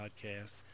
Podcast